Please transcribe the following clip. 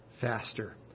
faster